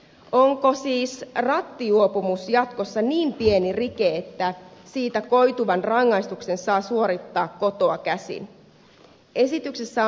onko siis rattijuopumus jatkossa niin pieni rike että siitä koituvan rangaistuksen saa suorittaa kotoa käsin